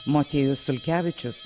motiejus sulkevičius